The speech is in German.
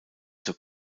zur